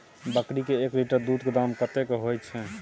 बकरी के एक लीटर दूध के दाम कतेक होय छै?